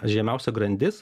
žemiausia grandis